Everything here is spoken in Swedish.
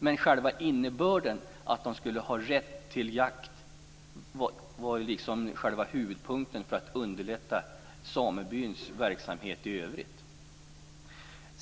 Men själva innebörden, att de skulle ha rätt till jakt, var själva huvudpunkten för att underlätta samebyns verksamhet i övrigt.